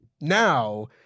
now—